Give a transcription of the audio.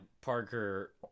Parker